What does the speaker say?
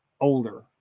older